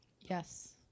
Yes